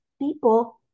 people